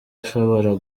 ashobora